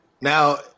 Now